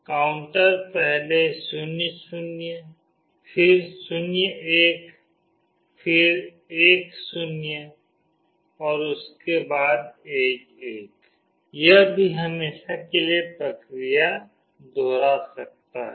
counter पहले 00 फिर 01 फिर 10 और उसके बाद 11 यह भी हमेशा के लिए प्रक्रिया दोहरा सकता है